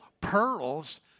pearls